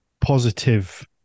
positive